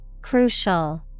Crucial